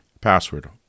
password